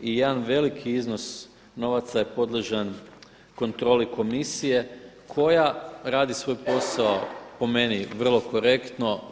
I jedan veliki iznos novaca je podložan kontroli komisije koja radi svoj posao po meni vrlo korektno.